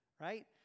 right